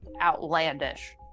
outlandish